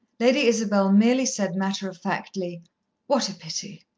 lady isabel merely said matter-of-factly what a pity!